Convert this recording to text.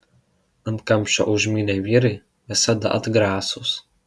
ant kamščio užmynę vyrai visada atgrasūs